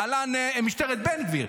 להלן, משטרת בן גביר.